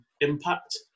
impact